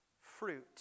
fruit